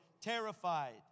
terrified